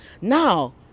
Now